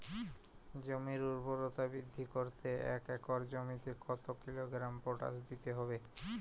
জমির ঊর্বরতা বৃদ্ধি করতে এক একর জমিতে কত কিলোগ্রাম পটাশ দিতে হবে?